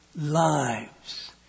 lives